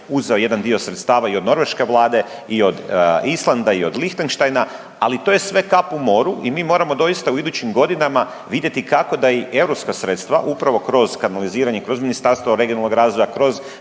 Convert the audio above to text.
uzeo jedan dio sredstava i od norveške vlade i od Islanda i od Lihtenštajna, ali to je sve kap u moru. I mi moramo doista u idućim godinama vidjeti kako da i europska sredstva upravo kroz kanaliziranje, kroz Ministarstvo regionalnog razvoja,